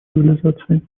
цивилизации